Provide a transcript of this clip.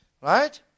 Right